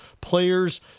players